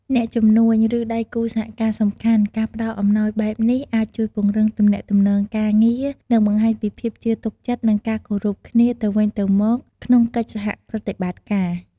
អ្នកជំនួញ ឬដៃគូសហការសំខាន់ការផ្តល់អំណោយបែបនេះអាចជួយពង្រឹង ទំនាក់ទំនងការងារ និងបង្ហាញពីភាពជឿទុកចិត្ត និងការគោរពគ្នាទៅវិញទៅមកក្នុងកិច្ចសហប្រតិបត្តិការ។